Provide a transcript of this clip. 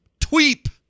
Tweep